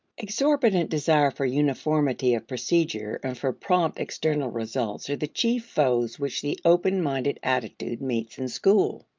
exorbitant desire for uniformity of procedure and for prompt external results are the chief foes which the open-minded attitude meets in school.